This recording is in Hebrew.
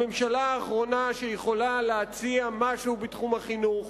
הממשלה האחרונה שיכולה להציע משהו בתחום החינוך,